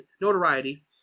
notoriety